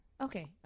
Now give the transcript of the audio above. Okay